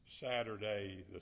Saturday